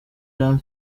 jean